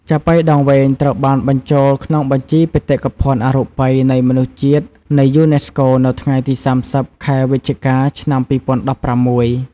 ចាប៉ីដងវែងត្រូវបានបញ្ជូលក្នុងបញ្ជីបេតិកភណ្ឌអរូបីនៃមនុស្សជាតិនៃយូនេស្កូ នៅថ្ងៃទី៣០ ខែវិច្ឆិកា ឆ្នាំ២០១៦។